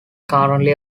currently